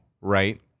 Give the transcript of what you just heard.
right